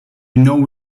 know